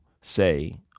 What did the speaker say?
say